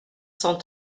cent